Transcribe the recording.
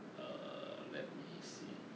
err let me see